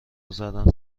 زدن